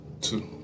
Two